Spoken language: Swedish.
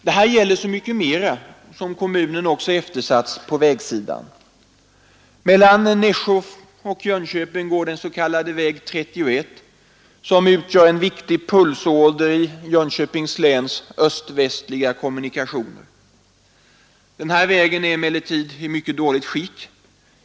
Detta gäller så mycket mera som kommunen eftersatts också på vägsidan. Mellan Nässjö och Jönköping går den s.k. väg 31, som utgör en viktig pulsåder i Jönköpings läns öst-västliga kommunikationer. Denna väg är emellertid i dåligt skick.